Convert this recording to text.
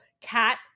cat